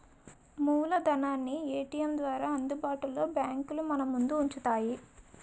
మూలధనాన్ని ఏటీఎం ద్వారా అందుబాటులో బ్యాంకులు మనముందు ఉంచుతాయి